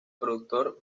productor